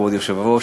כבוד היושב-ראש,